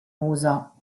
usa